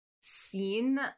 seen